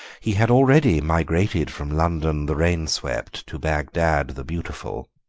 he had already migrated from london the rain-swept to bagdad the beautiful,